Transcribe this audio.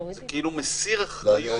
זה כאילו מסיר אחריות.